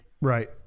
right